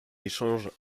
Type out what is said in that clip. échange